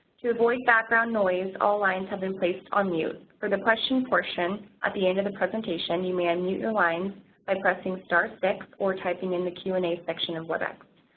to avoid background noise, all lines have been placed on mute. for the question portion at the end of the presentation, you may unmute your lines by pressing so six or typing in the q and a section of webex.